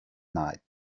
night